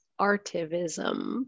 artivism